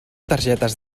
targetes